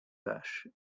vaches